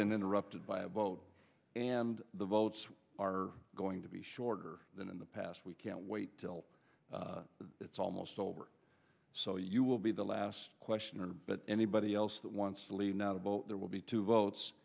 been interrupted by a vote and the votes are going to be shorter than in the past we can't wait till it's almost over so you will be the last question but anybody else that wants to leave now to vote there will be two votes